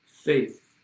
faith